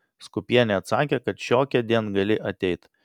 skūpienė atsakė kad šiokiądien gali ateit